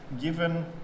given